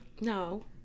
No